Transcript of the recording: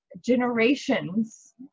generations